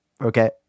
Okay